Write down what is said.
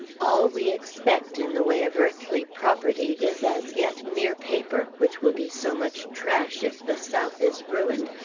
all we expect in the way of earthly property is as yet mere paper, which will be so much trash if the south is ruined,